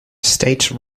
state